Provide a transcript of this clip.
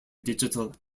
digital